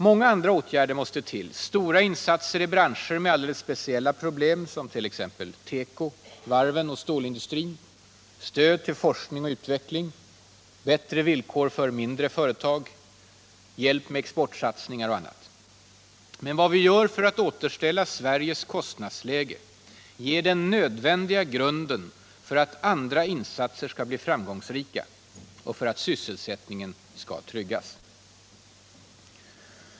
Många andra åtgärder måste till — stora insatser i branscher med alldeles speciella problem, som teko, varven och stålindustrin, stöd till forskning och utveckling, bättre villkor för mindre företag, hjälp med exportsatsningar m.m. Men vad vi gör för att återställa Sveriges kostnadsläge ger den nödvändiga grunden för att andra insatser skall bli framgångsrika och för att sysselsättningen skall tryggas.